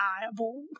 reliable